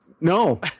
no